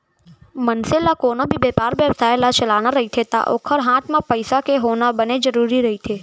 मनखे ल कोनो भी बेपार बेवसाय ल चलाना रहिथे ता ओखर हात म पइसा के होना बने जरुरी रहिथे